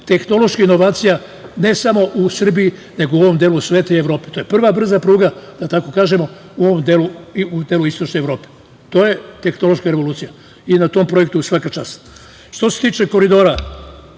tehnološka inovacija ne samo u Srbiji nego u ovom delu sveta i Evrope, to je prva brza pruga u ovom delu istočne Evrope. To je tehnološka revolucija i na tom projektu svaka čast. Što se tiče Moravskog